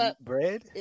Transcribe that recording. bread